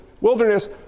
wilderness